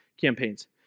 campaigns